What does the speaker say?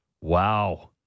Wow